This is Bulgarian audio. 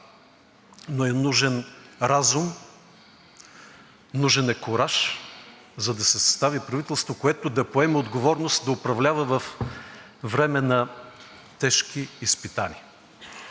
но е нужен разум, нужен е кураж, за да се състави правителство, което да поеме отговорност да управлява във време на тежки изпитания.